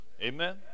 Amen